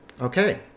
okay